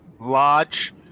large